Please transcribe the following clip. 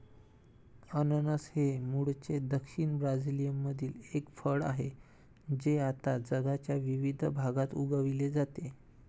अननस हे मूळचे दक्षिण ब्राझीलमधील एक फळ आहे जे आता जगाच्या विविध भागात उगविले जाते